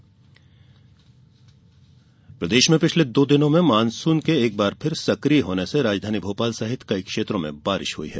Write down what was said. मौसम प्रदेश में पिछले दो दिनों में मानसून के फिर एकबार सकिय होने से राजधानी भोपाल सहित कई क्षेत्रों में बारिश हुई है